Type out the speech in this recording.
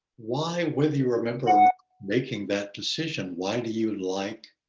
why, whether you remember ah making that decision, why do you like